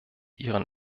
ihren